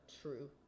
true